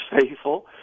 faithful